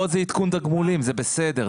זה בסדר.